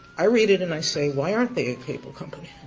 i read it and i say, why aren't they a cable company?